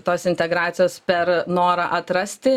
tos integracijos per norą atrasti